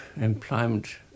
employment